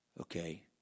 Okay